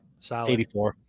84